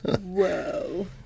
Whoa